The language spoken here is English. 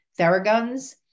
Theraguns